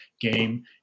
game